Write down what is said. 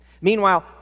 Meanwhile